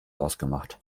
ausgemacht